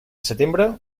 setembre